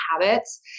habits